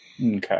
Okay